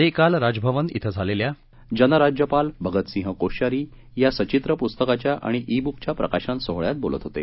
ते काल राजभवन धिं झालेल्या जनराज्यपाल भगतसिंह कोश्यारी या सचित्र पुस्तकाच्या आणि ई बुकच्या प्रकाशन सोहळ्यात बोलत होते